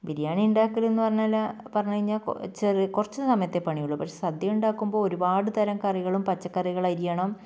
ബിരിയാണി ഉണ്ടാക്കൽ എന്ന് പറഞ്ഞാൽ പറഞ്ഞ് കഴിഞ്ഞാൽ ചെറിയ കുറച്ച് സമയത്തെ പണിയുള്ളൂ പക്ഷേ സദ്യ ഉണ്ടാക്കുമ്പോൾ ഒരുപാട് തരം കറികളും പച്ചക്കറികൾ അരിയണം